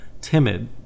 timid